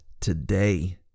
today